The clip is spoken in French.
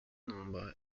nombres